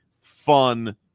fun